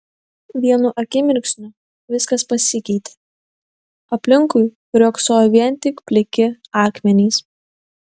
vienu akimirksniu viskas pasikeitė aplinkui riogsojo vien tik pliki akmenys